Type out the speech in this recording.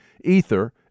Ether